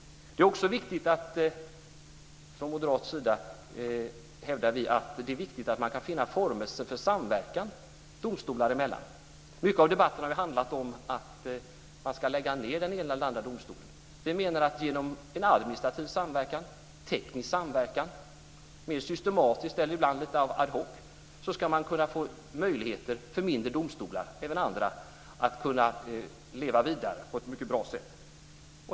Från moderat sida hävdar vi också att det är viktigt att man kan finna former för samverkan domstolar emellan. Mycket av debatten har handlat om att man ska lägga ned den ena eller den andra domstolen. Vi menar att man genom en administrativ och teknisk samverkan mer systematiskt eller ibland lite ad hoc ska kunna ge möjligheter för mindre och även andra domstolar att leva vidare på ett mycket bra sätt.